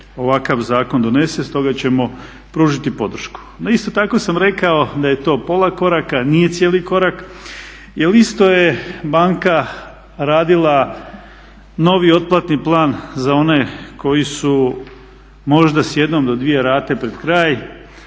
ovakav zakon donese, stoga ćemo pružiti podršku. No isto tako sam rekao da je to pola koraka, nije cijeli korak jel isto je banka radila novi otplatni plan za one koji su možda s jednom do dvije rate pred kraj